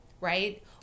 right